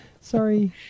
Sorry